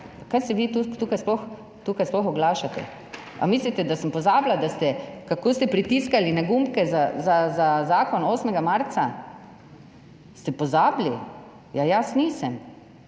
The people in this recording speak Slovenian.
Kaj se vi tukaj sploh oglašate? Ali mislite, da sem pozabila, kako ste pritiskali na gumbke za zakon 8. marca? Ste pozabili? Jaz nisem.